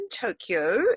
Tokyo